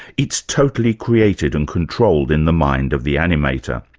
it's totally created and controlled in the mind of the animator.